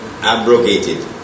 Abrogated